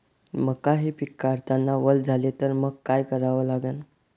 मका हे पिक काढतांना वल झाले तर मंग काय करावं लागन?